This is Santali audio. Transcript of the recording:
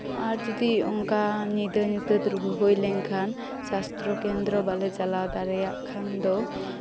ᱟᱨ ᱡᱚᱫᱤ ᱚᱱᱠᱟ ᱧᱤᱫᱟᱹ ᱧᱩᱛᱟᱹᱛ ᱨᱩᱣᱟᱹ ᱦᱩᱭ ᱞᱮᱱᱠᱷᱟᱱ ᱥᱟᱥᱛᱷᱚ ᱠᱮᱱᱫᱨᱚ ᱵᱟᱞᱮ ᱪᱟᱞᱟᱣ ᱫᱟᱲᱮᱭᱟᱜ ᱠᱷᱟᱱ ᱫᱚ